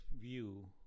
view